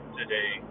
today